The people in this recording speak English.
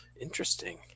interesting